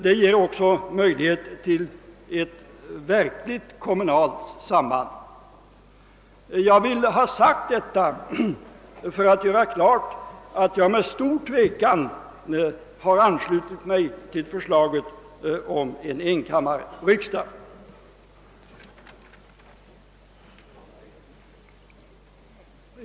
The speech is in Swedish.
Det ger också möjlighet till ett verkligt kommualt samband. Jag har velat säga detta för att göra klart att jag endast med stor tvekan har anslutit mig till förslaget om en enkammarriksdag.